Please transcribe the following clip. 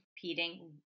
competing